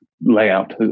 layout